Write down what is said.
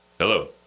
Hello